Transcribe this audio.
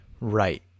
Right